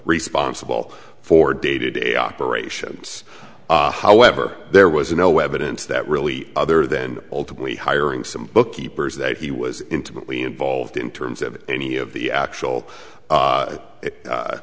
responsible for day to day operations however there was no evidence that really other than ultimately hiring some bookkeepers that he was intimately involved in terms of any of the actual